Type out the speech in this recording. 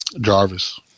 Jarvis